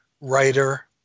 writer